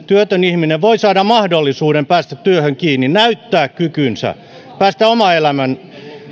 työtön ihminen voi saada mahdollisuuden päästä työhön kiinni näyttää kykynsä päästä oman elämän